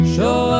Show